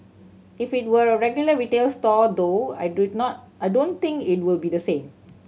if it were a regular retail store though I do not I don't think it would be the same